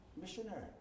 missionary